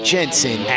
Jensen